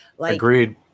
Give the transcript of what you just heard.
Agreed